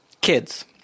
Kids